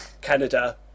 Canada